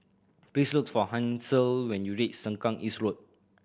please look for Hansel when you reach Sengkang East Road